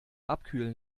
abkühlen